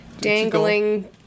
dangling